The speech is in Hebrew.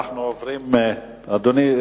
אדוני,